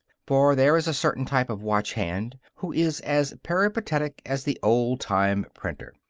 for there is a certain type of watch hand who is as peripatetic as the old-time printer.